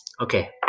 okay